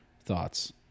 thoughts